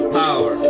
power